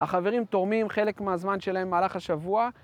החברים תורמים חלק מהזמן שלהם במהלך השבוע.